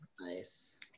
Nice